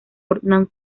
portland